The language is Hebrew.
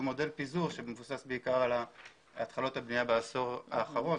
מודל פיזור שמבוסס בעיקר על התחלות הבנייה בעשור האחרון.